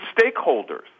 stakeholders